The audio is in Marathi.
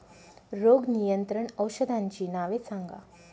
रोग नियंत्रण औषधांची नावे सांगा?